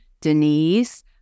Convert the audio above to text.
Denise